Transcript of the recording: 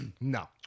No